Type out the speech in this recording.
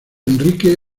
enrique